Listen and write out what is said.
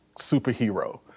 superhero